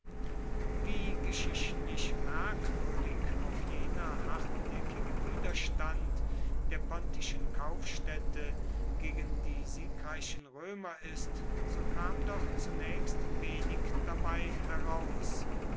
wie geschichtlich merkwürdig auch jener hartnäckige widerstand der pontischen kaufstädte gegen die siegreichen römer ist so kam doch zunächst wenig dabei heraus